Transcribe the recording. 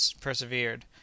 persevered